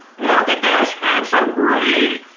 look at this handsome wreath.